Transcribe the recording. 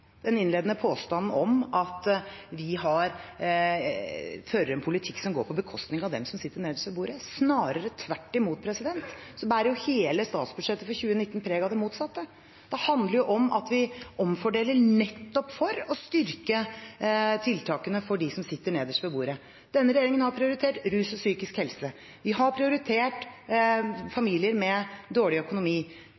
den innledende påstanden om at vi fører en politikk som går på bekostning av dem som sitter nederst ved bordet. Snarere tvert imot bærer jo hele statsbudsjettet for 2019 preg av det motsatte. Det handler om at vi omfordeler nettopp for å styrke tiltakene for dem som sitter nederst ved bordet. Denne regjeringen har prioritert rus og psykisk helse. Vi har prioritert